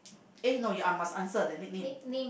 eh no you uh must answer the nick name